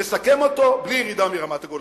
לסכם אותו בלי ירידה מרמת-הגולן.